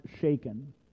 shaken